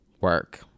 work